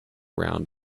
around